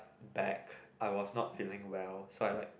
back I was not feeling well so I was like puke